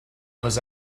nos